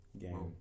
game